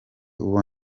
uwo